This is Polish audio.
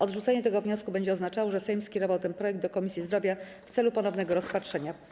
Odrzucenie tego wniosku będzie oznaczało, że Sejm skierował ten projekt do Komisji Zdrowia w celu ponownego rozpatrzenia.